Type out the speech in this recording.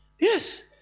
Yes